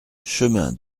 chemin